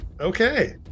Okay